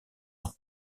ans